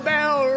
Bell